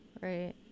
right